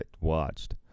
watched